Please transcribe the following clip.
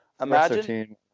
imagine